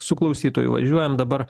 su klausytoju važiuojam dabar